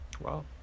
wow